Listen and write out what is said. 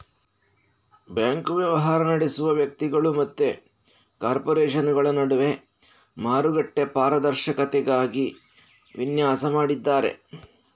bank ವ್ಯವಹಾರ ನಡೆಸುವ ವ್ಯಕ್ತಿಗಳು ಮತ್ತೆ ಕಾರ್ಪೊರೇಷನುಗಳ ನಡುವೆ ಮಾರುಕಟ್ಟೆ ಪಾರದರ್ಶಕತೆಗಾಗಿ ವಿನ್ಯಾಸ ಮಾಡಿದ್ದಾರೆ